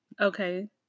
Okay